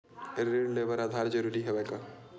ऋण ले बर आधार जरूरी हवय का?